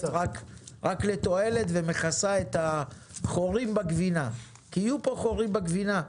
רק לתועלת ומכסה את החורים בגבינה כי יהיו כאן חורים בגבינה.